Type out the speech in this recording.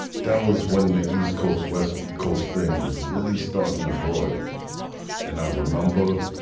that was when the east coast, west coast thing was really starting to broil and i remember